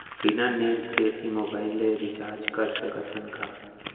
बिना नेट के भी मोबाइल ले रिचार्ज कर सकत हन का?